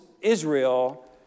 Israel